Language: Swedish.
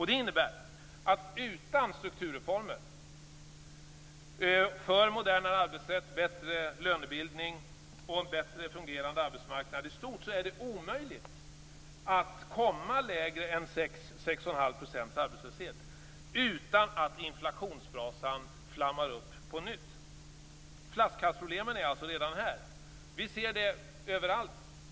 Det innebär att det utan strukturreformer för en modernare arbetsrätt, en bättre lönebildning och en bättre fungerande arbetsmarknad är i stort sett omöjligt att hamna på en lägre nivå än 6-6 1⁄2 % arbetslöshet utan att inflationsbrasan flammar upp på nytt. Flaskhalsproblemen är alltså redan här.